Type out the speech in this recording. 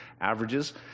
averages